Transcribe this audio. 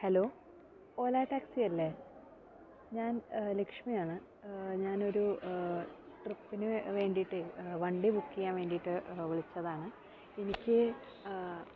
hello Ola taxi അല്ലേ ഞാൻ ലക്ഷ്മിയാണ് ഞാനൊരു ട്രിപ്പിന് വേണ്ടിയിട്ട് വണ്ടി ബുക്ക് ചെയ്യാൻ വേണ്ടിയിട്ട് വിളിച്ചതാണ് എനിക്ക്